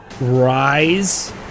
rise